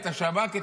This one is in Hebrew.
את השב"כ,